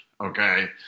okay